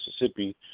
Mississippi